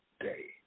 day